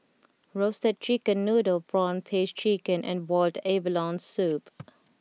Roasted Chicken Noodle Prawn Paste Chicken and Boiled Abalone Soup